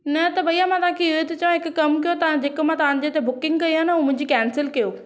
न त भैया मां तव्हां खे इहो थी चवां की हिकु कमु कयो तां मां जेको मां तव्हां जे ते बुकिंग कई आहे न उहा मुंहिंजी कैंसिल कयो